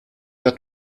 der